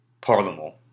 Parliament